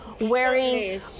wearing